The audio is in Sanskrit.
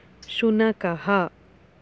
शुनकः